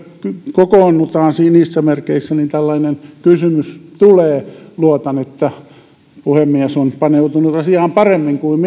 kokoonnutaan niissä merkeissä tällainen kysymys tulee luotan että puhemies on paneutunut asiaan paremmin kuin